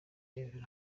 rev